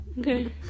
Okay